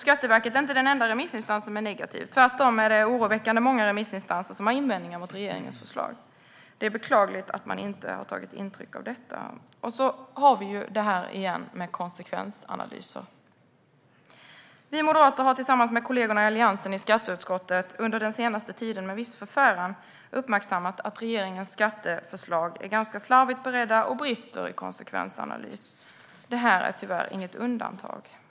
Skatteverket är inte den enda remissinstans som är negativ. Tvärtom är det oroväckande många remissinstanser som har invändningar mot regeringens förslag. Det är beklagligt att man inte har tagit intryck av detta. Så har vi det här igen med konsekvensanalyser. Vi moderater har med kollegorna i Alliansen i skatteutskottet under den senaste tiden med viss förfäran uppmärksammat att regeringens skatteförslag är ganska slarvigt beredda och brister i konsekvensanalys. Det här är tyvärr inget undantag.